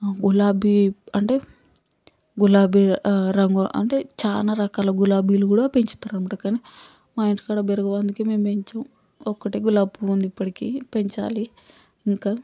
గులాబీ అంటే గులాబీ రంగు అంటే చాలా రకాలు గులాబీలు కూడా పెంచుతారు అనమాట కాని మా ఇంటికాడ పెరగవు అందుకే మేము పెంచం ఒక్కటే గులాబిపువ్వు ఉంది ఇప్పడికి పెంచాలి ఇంకా